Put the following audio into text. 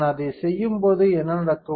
நான் அதைச் செய்யும்போது என்ன நடக்கும்